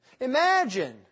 Imagine